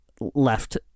left